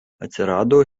atsirado